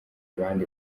abandi